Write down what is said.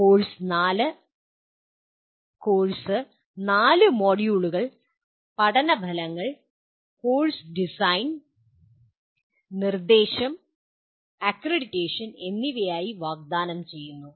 course 4 മൊഡ്യൂളുകൾ പഠന ഫലങ്ങൾ കോഴ്സ് ഡിസൈൻ നിർദ്ദേശം അക്രഡിറ്റേഷൻ എന്നിവയായി വാഗ്ദാനം ചെയ്യുന്നു